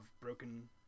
broken